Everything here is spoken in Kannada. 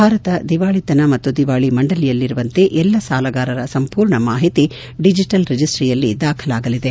ಭಾರತ ದಿವಾಳತನ ಮತ್ತು ದಿವಾಳಿ ಮಂಡಳಿಯಲ್ಲಿರುವಂತೆ ಎಲ್ಲಾ ಸಾಲಗಾರರ ಸಂಪೂರ್ಣ ಮಾಹಿತಿ ಡಿಜೆಟಲ್ ರಿಜೆಸ್ಟೀಯಲ್ಲಿ ದಾಖಲಾಗಲಿದೆ